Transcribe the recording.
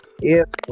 Yes